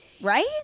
Right